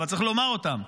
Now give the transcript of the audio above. אבל צריך לומר אותם.